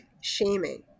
shaming